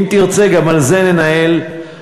אם תרצה, גם על זה ננהל שיחה.